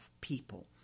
people